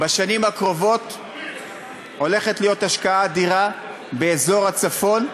בשנים הקרובות הולכת להיות השקעה אדירה באזור הצפון.